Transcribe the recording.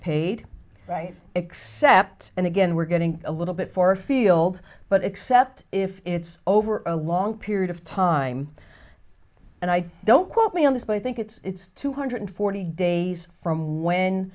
paid right except and again we're getting a little bit for field but except if it's over a long period of time and i don't quote me on this but i think it's two hundred forty days from when